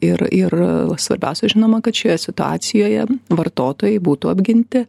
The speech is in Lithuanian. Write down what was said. ir ir svarbiausia žinoma kad šioje situacijoje vartotojai būtų apginti